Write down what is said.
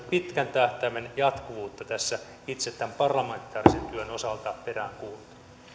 pitkän tähtäimen jatkuvuutta tässä itse tämän parlamentaarisen työn osalta peräänkuulutan